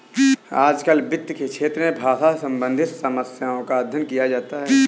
आजकल वित्त के क्षेत्र में भाषा से सम्बन्धित समस्याओं का अध्ययन किया जाता है